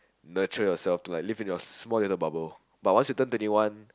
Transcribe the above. mature yourself to like live in your smallest in the bubble but once you turn twenty one